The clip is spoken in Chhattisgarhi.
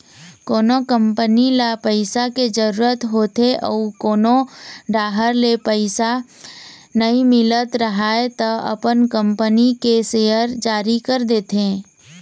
कोनो कंपनी ल पइसा के जरूरत होथे अउ कोनो डाहर ले पइसा नइ मिलत राहय त अपन कंपनी के सेयर जारी कर देथे